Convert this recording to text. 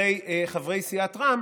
וחברי סיעת רע"מ,